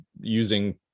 using